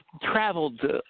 traveled